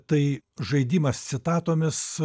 tai žaidimas citatomis